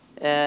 enää